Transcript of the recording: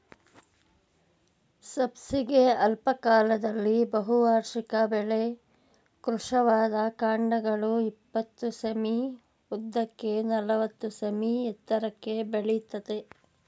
ಸಬ್ಬಸಿಗೆ ಅಲ್ಪಕಾಲದ ಬಹುವಾರ್ಷಿಕ ಬೆಳೆ ಕೃಶವಾದ ಕಾಂಡಗಳು ಇಪ್ಪತ್ತು ಸೆ.ಮೀ ಉದ್ದಕ್ಕೆ ನಲವತ್ತು ಸೆ.ಮೀ ಎತ್ತರಕ್ಕೆ ಬೆಳಿತದೆ